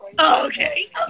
Okay